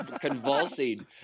convulsing